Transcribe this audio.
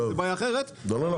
לא נכון.